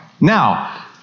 Now